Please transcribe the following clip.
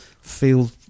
feel